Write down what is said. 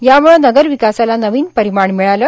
याम्छं नगरविकासाला नवीन परिमाणं मिळाले